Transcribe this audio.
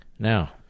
Now